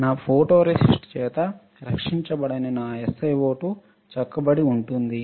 నా ఫోటోరేసిస్ట్ చేత రక్షించబడని నా SiO2 చెక్కబడి ఉంటుంది